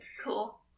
Cool